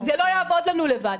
זה לא יעבוד לנו לבד.